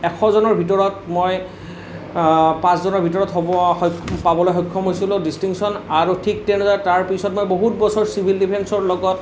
এশ জনৰ ভিতৰত মই পাঁচজনৰ ভিতৰত হ'ব সক্ষ পাবলৈ সক্ষম হৈছিলোঁ ডিষ্ট্ৰিংছন আৰু ঠিক তেনেদৰে তাৰ পিছত মই বহুত বছৰ চিভিল ডিফেন্সৰ লগত